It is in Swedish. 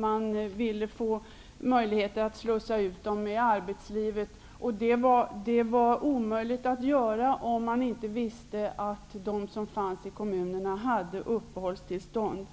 Man ville få möjligheter att slussa ut dem i arbetslivet. Det var omöjligt om man inte visste att de som fanns i kommunerna hade uppehållstillstånd.